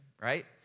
right